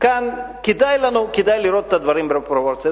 כאן כדאי לראות את הדברים בפרופורציה.